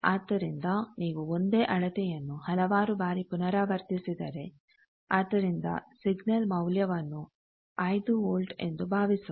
ಆದ್ದರಿಂದ ನೀವು ಒಂದೇ ಅಳತೆಯನ್ನು ಹಲವಾರು ಬಾರಿ ಪುನರಾವರ್ತಿಸಿದರೆ ಆದ್ದರಿಂದ ಸಿಗ್ನಲ್ ಮೌಲ್ಯವನ್ನು 5ವೋಲ್ಟ್ ಎಂದು ಭಾವಿಸೋಣ